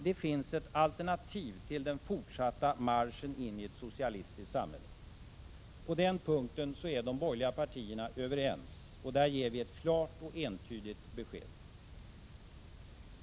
Det finns ett alternativ till den fortsatta marschen in i ett socialistiskt samhälle. På den punkten är de borgerliga partierna överens, och där ger vi ett klart och entydigt besked.